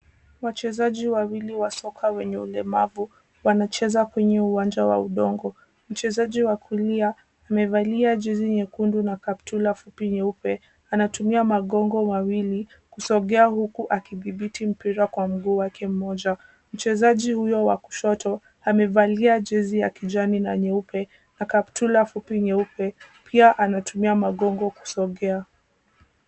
Wachezaji wawili wa soka wenye ulemavu wanacheza kwenye uwanja wa udongo. Mchezaji wa kulia amevalia jezi nyekundu na kaptula fupi nyeupe, anatumia magongo mawili kusogea huku akidhibiti mpira kwa mguu wake mmoja. Mchezaji huyo wa kushoto amevalia jezi ya kijani na nyeupe, na kaptula fupi nyeupe. Pia anatumia magongo kusogea.